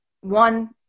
one